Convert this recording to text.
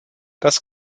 das